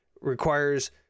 requires